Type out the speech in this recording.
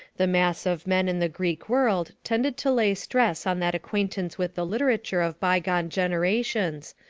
the mass of men in the greek world tended to lay stress on that acquaintance with the literature of bygone generations,